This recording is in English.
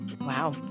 Wow